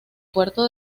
puerto